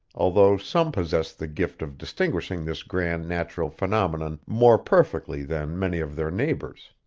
although some possessed the gift of distinguishing this grand natural phenomenon more perfectly than many of their neighbors.